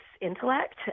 intellect